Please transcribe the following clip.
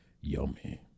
yummy